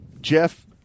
Jeff